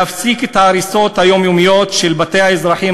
להפסיק את ההריסות היומיומיות של בתי האזרחים